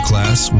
Class